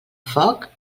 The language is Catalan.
foc